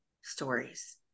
stories